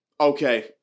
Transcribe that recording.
Okay